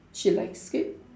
she likes it